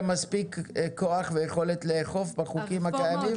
מספיק כוח ויכולת לאכוף בחוקים הקיימים?